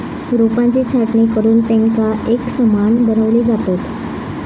रोपांची छाटणी करुन तेंका एकसमान बनवली जातत